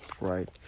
right